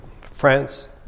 France